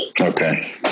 Okay